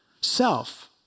Self